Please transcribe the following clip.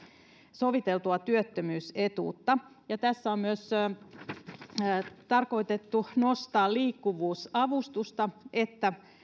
soviteltua työttömyysetuutta tässä on myös tarkoitettu nostaa liikkuvuusavustusta että